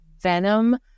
venom